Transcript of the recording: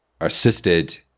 assisted